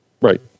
Right